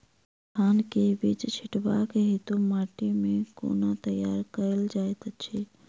धान केँ बीज छिटबाक हेतु माटि केँ कोना तैयार कएल जाइत अछि?